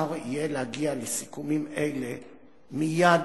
שאפשר יהיה להגיע לסיכומים אלה מייד,